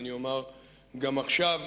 ואני אומר גם עכשיו,